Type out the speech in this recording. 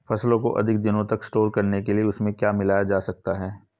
फसलों को अधिक दिनों तक स्टोर करने के लिए उनमें क्या मिलाया जा सकता है?